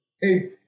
Hey